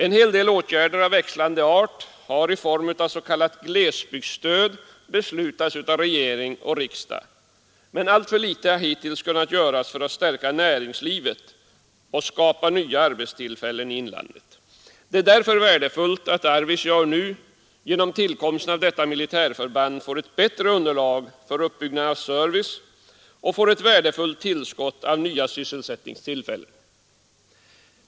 En hel del åtgärder av växlande art har i form av s.k. glesbygdsstöd beslutats av regering och riksdag men alltför litet har hittills kunnat göras för att stärka näringslivet och skapa nya arbetstillfällen i inlandet. Det är därför värdefullt att Arvidsjaur nu genom tillkomsten av detta militärförband får ett bättre underlag för uppbyggnad av service och ett värdefullt tillskott av nya sysselsättningstillfällen.